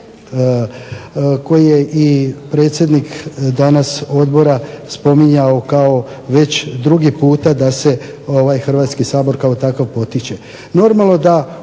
koji je i predsjednik danas Odbora spominjao već drugi puta da ovaj Hrvatski sabor kao takav potiče.